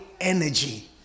energy